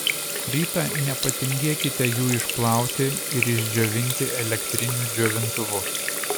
rytą nepatingėkite jų išplauti ir išdžiovinti elektriniu džiovintuvu